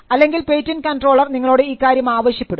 അല്ലെങ്കിൽ patent controller നിങ്ങളോട് ഇക്കാര്യം ആവശ്യപ്പെടും